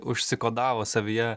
užsikodavo savyje